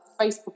Facebook